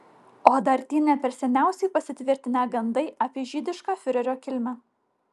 o dar tie ne per seniausiai pasitvirtinę gandai apie žydišką fiurerio kilmę